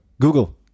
Google